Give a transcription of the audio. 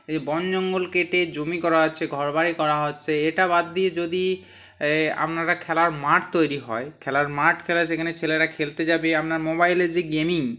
এই বন জঙ্গল কেটে জমি করা হচ্ছে ঘরবাড়ি করা হচ্ছে এটা বাদ দিয়ে যদি এ আপনার খেলার মাঠ তৈরি হয় খেলার মাঠ খেলা সেখানে ছেলেরা খেলতে যাবে আপনার মোবাইলে যে গেমিং